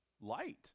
Light